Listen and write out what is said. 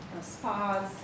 spas